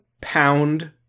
pound